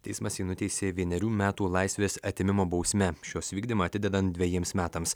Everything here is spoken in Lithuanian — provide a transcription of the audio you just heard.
teismas jį nuteisė vienerių metų laisvės atėmimo bausme šios įvykdymą atidedant dvejiems metams